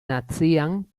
nacian